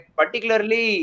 particularly